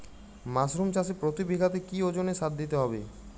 Mushroom চাষে প্রতি বিঘাতে কি ওজনে সার দিতে হবে?